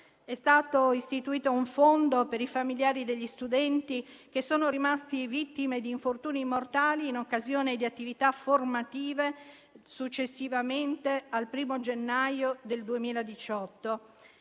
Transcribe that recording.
È stato istituito un fondo per i familiari degli studenti che sono rimasti vittime di infortuni mortali in occasione di attività formative successivamente al 1° gennaio 2018.